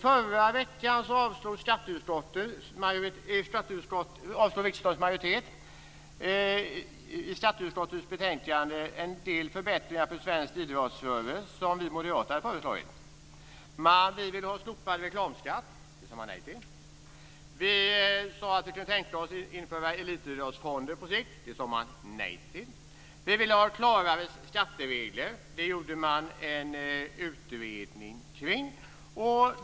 Förra veckan avslog riksdagens majoritet en del förslag till förbättringar för svensk idrottsrörelse i skatteutskottets betänkande från oss moderater. Vi ville ha slopad reklamskatt. Det sade man nej till. Vi kunde tänka oss att införa elitidrottsfonder på sikt. Det sade man nej till. Vi ville ha klarare skatteregler. Det gjorde man en utredning kring.